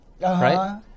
Right